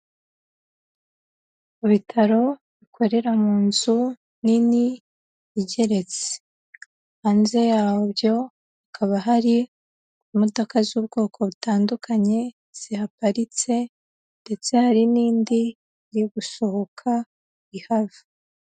Mu bitaro bikorera mu nzu nini igeretse, hanze yabyo hakaba hari imodoka z'ubwoko butandukanye zihaparitse ndetse hari n'indi iri gusohoka ihava.